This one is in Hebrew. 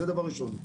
זה הדבר הראשון.